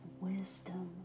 wisdom